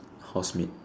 housemate